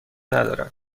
ندارد